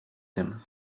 tym